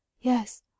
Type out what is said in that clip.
yes